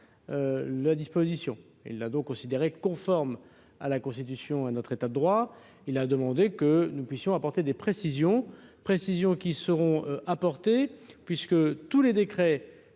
le disposition, il a donc considéré conforme à la Constitution à notre état de droit, il a demandé que nous puissions avoir. Des précisions précisions qui seront apportées, puisque tous les décrets